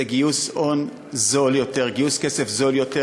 זה גיוס הון זול יותר, גיוס כסף זול יותר,